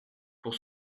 pour